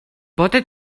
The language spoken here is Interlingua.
pote